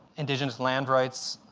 indigenous land rights,